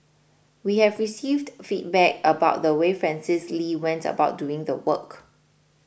we have received feedback about the way Francis Lee went about doing the work